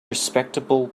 respectable